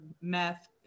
meth